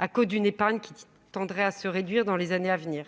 à cause d'une épargne qui tendrait à se réduire dans les années à venir.